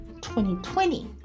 2020